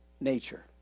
nature